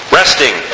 resting